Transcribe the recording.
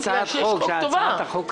יש הצעת חוק קיימת.